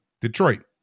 Detroit